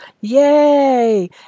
Yay